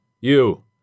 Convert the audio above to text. You